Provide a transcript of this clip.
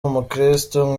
umukristo